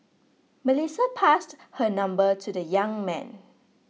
Melissa passed her number to the young man